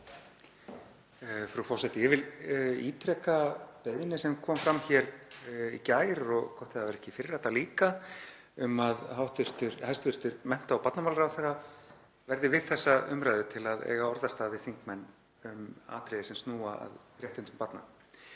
Frú forseti. Ég vil ítreka beiðni sem kom fram hér í gær, og gott ef það var ekki í fyrradag líka, um að hæstv. mennta- og barnamálaráðherra verði við þessa umræðu til að eiga orðastað við þingmenn um atriði sem snúa að réttindum barna.